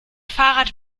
fahrrad